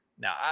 Now